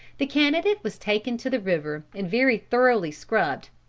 the candidate was taken to the river and very thoroughly scrubbed,